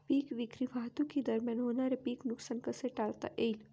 पीक विक्री वाहतुकीदरम्यान होणारे पीक नुकसान कसे टाळता येईल?